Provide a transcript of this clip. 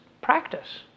practice